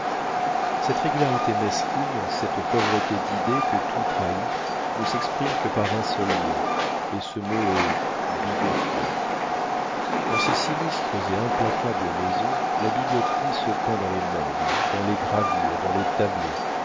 cette régularité mesquine cette pauvreté d'idées que tout trahit ne s'exprime que par un seul mot et ce mot est bigoterie dans ces sinistres et implacables maisons la bigoterie se peint dans les meubles dans les gravures dans les tableaux